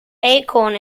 acorn